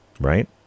right